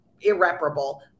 irreparable